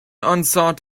unsought